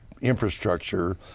infrastructure